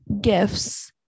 gifts